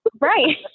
Right